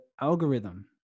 algorithm